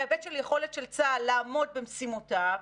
בהיבט של יכולת צה"ל לעמוד במשימותיו,